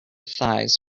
thighs